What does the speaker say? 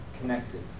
connected